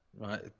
Right